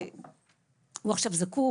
הוא עכשיו זקוק,